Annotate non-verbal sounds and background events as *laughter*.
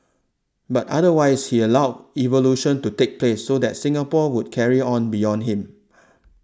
but otherwise he allowed evolution to take place so that Singapore would carry on beyond him *noise*